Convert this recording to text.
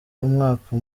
umwaka